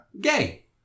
Gay